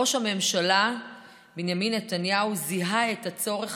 ראש הממשלה בנימין נתניהו זיהה את הצורך